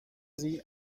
sie